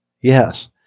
Yes